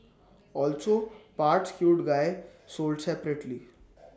also parts cute guy sold separately